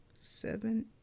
seven